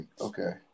okay